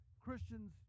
Christians